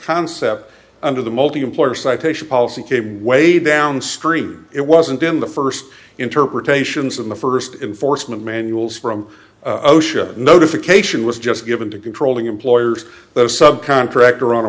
concept under the multiemployer citation policy came way downstream it wasn't in the first interpretations of the first enforcement manuals from osha notification was just given to controlling employers the sub contractor on a